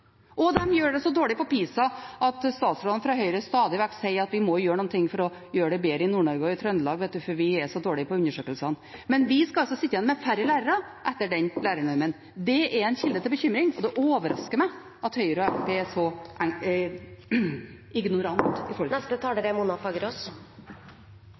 gjør det så dårlig i PISA-undersøkelsene at statsrådene fra Høyre stadig vekk sier at vi må gjøre noe for å gjøre det bedre i Nord-Norge og Trøndelag. De skal altså sitte igjen med færre lærere etter lærernormen. Det er en kilde til bekymring, og det overrasker meg at Høyre og Fremskrittspartiet er så ignorante når det gjelder det. Mangelen på kvalifiserte lærere er en av de største utfordringene vi står overfor i